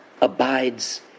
abides